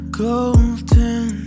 Golden